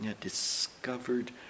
discovered